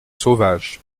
sauvages